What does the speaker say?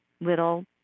little